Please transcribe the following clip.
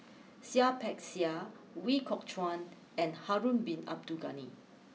Seah Peck Seah Ooi Kok Chuen and Harun Bin Abdul Ghani